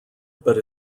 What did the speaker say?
but